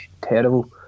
terrible